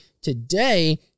today